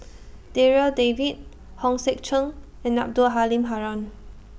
Darryl David Hong Sek Chern and Abdul Halim Haron